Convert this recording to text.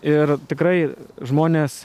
ir tikrai žmonės